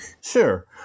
Sure